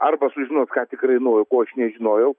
arba sužinot ką tikrai naujo ko aš nežinojau